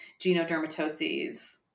genodermatoses